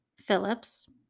Phillips